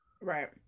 right